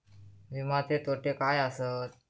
विमाचे तोटे काय आसत?